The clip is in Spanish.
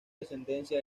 descendencia